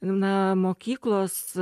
na mokyklos